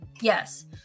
Yes